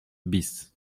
bis